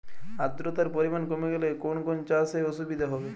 আদ্রতার পরিমাণ কমে গেলে কোন কোন চাষে অসুবিধে হবে?